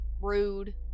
rude